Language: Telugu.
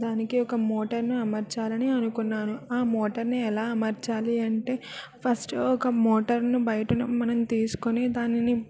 దానికి ఒక మోటర్ను అమర్చాలి అని అనుకున్నాను ఆ మోటర్ను ఎలా అమర్చాలి అంటే ఫస్ట్ ఒక మోటార్ను బయట మనం తీసుకోని దానిని